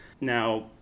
Now